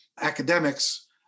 academics